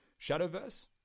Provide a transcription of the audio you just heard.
Shadowverse